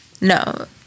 No